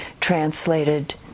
translated